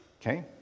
Okay